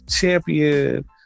champion